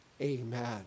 Amen